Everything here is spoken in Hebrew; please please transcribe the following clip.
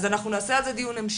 אז אנחנו נעשה על זה דיון המשך.